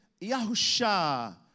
Yahusha